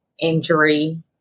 injury